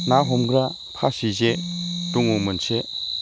ना हमग्रा फासि जे दङ मोनसे